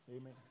Amen